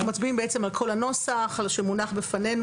אנחנו מצביעים בעצם על כל הנוסח שמונח בפנינו,